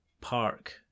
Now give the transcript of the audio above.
park